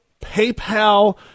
PayPal